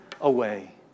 away